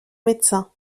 médecin